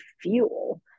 fuel